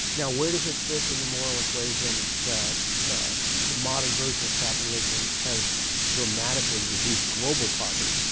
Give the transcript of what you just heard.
now, where does it fit in the moral equation that the the modern version of capitalism has dramatically reduced global poverty?